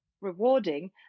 rewarding